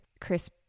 Chris